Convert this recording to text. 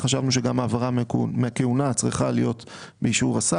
כך חשבנו שנכון לקבוע נציג שלישי,